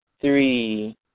three